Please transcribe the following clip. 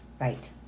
right